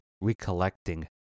recollecting